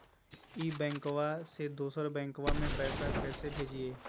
ई बैंकबा से दोसर बैंकबा में पैसा कैसे भेजिए?